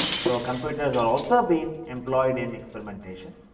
so, computers are also been employed in experimentation,